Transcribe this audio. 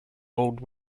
old